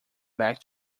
back